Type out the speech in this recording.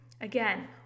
Again